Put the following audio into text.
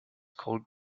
called